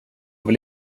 vill